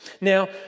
Now